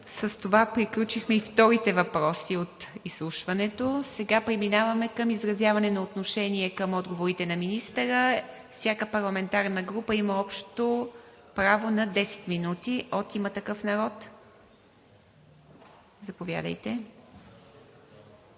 С това приключихме и вторите въпроси от изслушването. Сега преминаваме към изразяване на отношение към отговорите на министъра. Всяка парламентарна група има право общо на 10 минути. От „Има такъв народ“? Заповядайте.